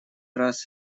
раз